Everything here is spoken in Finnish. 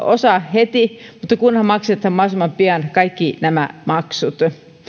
osa heti kunhan maksetaan mahdollisimman pian kaikki nämä maksut